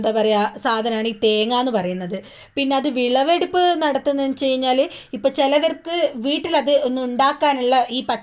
എന്താ പറയാ സാധനമാണ് ഈ തേങ്ങയെന്ന് പറയുന്നത് പിന്നെ അത് വിളവെടുപ്പ് നടത്തുന്നതെന്ന് വെച്ചു കഴിഞ്ഞാൽ ഇപ്പം ചിലർക്ക് വീട്ടിൽ അത് ഒന്നും ഉണ്ടാക്കാനുള്ള ഈ പ